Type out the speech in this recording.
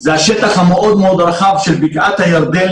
זה השטח המאוד מאוד רחב של בקעת הירדן,